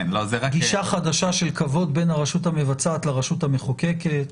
גישה חדשה של כבוד בין הרשות המבצעת לרשות המחוקקת.